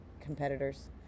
competitors